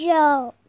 Joke